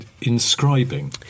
inscribing